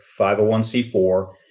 501c4